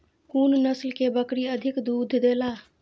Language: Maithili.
कुन नस्ल के बकरी अधिक दूध देला?